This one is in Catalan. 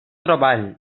treball